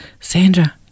Sandra